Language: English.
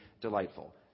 delightful